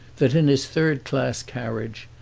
that, in his third-class carriage,